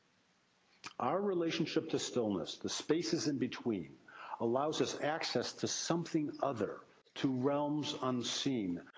our relationship to stillness, the spaces in between allows us access to something other to realms unseen,